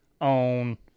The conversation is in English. on